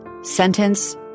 sentence